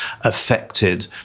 affected